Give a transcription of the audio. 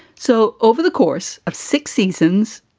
so over the course of six seasons,